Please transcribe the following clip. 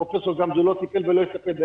פרופ' גמזו לא טיפל ולא יטפל בהם.